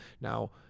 Now